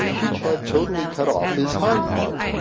which had totally cut off his hind part,